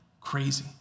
crazy